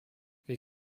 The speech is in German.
wie